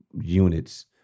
units